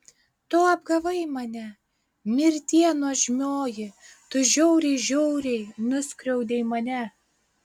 tu apgavai mane mirtie nuožmioji tu žiauriai žiauriai nuskriaudei mane